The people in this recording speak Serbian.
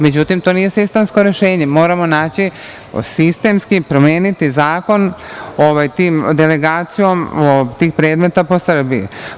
Međutim, to nije sistemsko rešenje, moramo naći sistemski, promeniti zakon delegacijom tih predmeta po Srbiji.